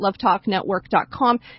lovetalknetwork.com